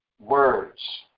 words